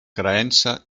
creença